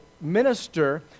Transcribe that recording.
minister